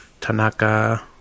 Tanaka